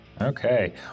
okay